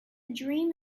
dream